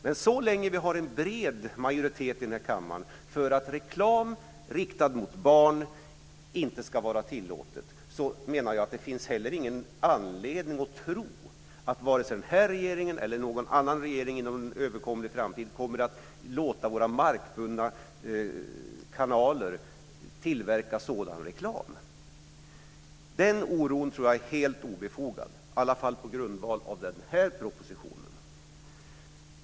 Men så länge vi har en bred majoritet i den här kammaren för att reklam riktad mot barn inte ska vara tillåtet menar jag att det inte heller finns någon anledning att tro att vare sig den här regeringen eller någon annan regering inom överskådlig tid kommer att låta våra markbundna kanaler tillverka sådan reklam. Den oron tror jag är helt obefogad, i alla fall på grundval av den här propositionen.